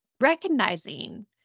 recognizing